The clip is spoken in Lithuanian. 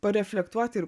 pareflektuoti ir